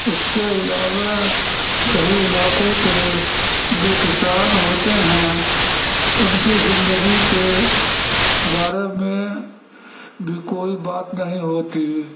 اس کے علاوہ دہی علاقوں کے جو کسان ہوتے ہیں ان کی زندگی کے بارے میں بھی کوئی بات نہیں ہوتی